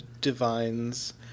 divines